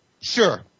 Sure